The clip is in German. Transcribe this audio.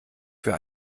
für